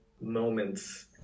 moments